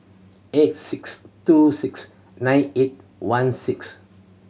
eight six two six nine eight one six